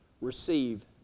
receive